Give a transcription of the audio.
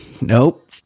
Nope